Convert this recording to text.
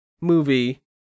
movie